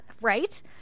right